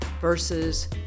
versus